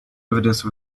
evidence